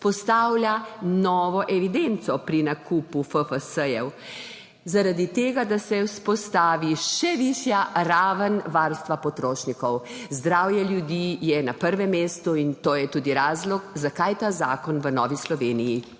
vzpostavlja novo evidenco pri nakupu FFS, zaradi tega, da se vzpostavi še višja raven varstva potrošnikov. Zdravje ljudi je na prvem mestu, in to je tudi razlog, zakaj ta zakon v Novi Sloveniji